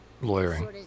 lawyering